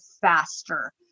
faster